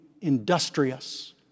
industrious